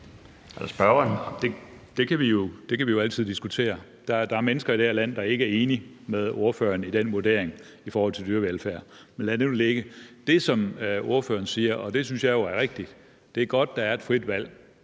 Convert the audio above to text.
Det kan vi jo altid diskutere. Der er mennesker i det her land, der ikke er enig med ordføreren i den vurdering i forhold til dyrevelfærd, men lad det nu ligge. Det, som ordføreren siger, og det synes jeg jo er rigtigt, er, at det er godt, at der er et frit valg.